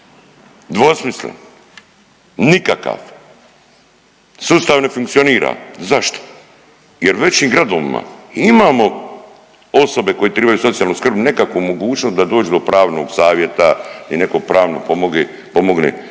Dvosmislen. Nikakav. Sustav ne funkcionira. Zašto? Jer većim gradovima imamo osobe koje tribaju socijalnu skrb, nekakvu mogućnost da dođu do pravnog savjeta i neko pravno pomogne,